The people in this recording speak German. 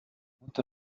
mutter